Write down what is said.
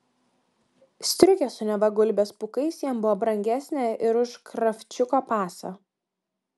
striukė su neva gulbės pūkais jam buvo brangesnė ir už kravčiuko pasą